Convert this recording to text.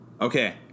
Okay